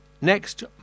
Next